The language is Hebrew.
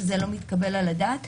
שזה בעצם המבנה של האיסור.